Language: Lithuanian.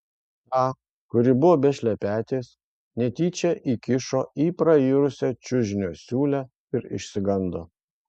tą kuri buvo be šlepetės netyčia įkišo į prairusią čiužinio siūlę ir išsigando